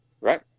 Right